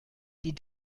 die